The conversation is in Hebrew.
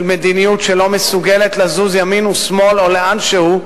מדיניות שלא מסוגלת לזוז ימין או שמאל או לאנשהו,